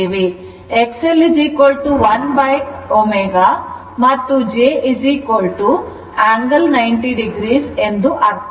XL 1l ω ಮತ್ತು j ಎಂದರೆ angle 90 o ಎಂದು ಅರ್ಥ